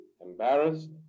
embarrassed